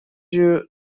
you